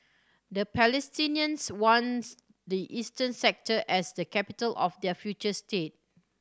the Palestinians wants the eastern sector as the capital of their future state